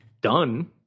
done